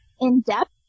in-depth